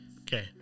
Okay